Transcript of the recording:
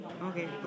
Okay